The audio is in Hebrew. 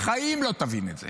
בחיים לא תבין את זה.